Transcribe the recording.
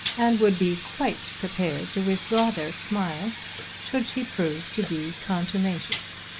and would be quite prepared to withdraw their smiles should she prove to be contumacious.